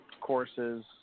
courses